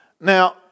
Now